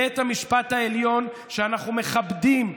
בית המשפט העליון, שאנחנו מכבדים,